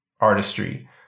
artistry